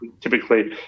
typically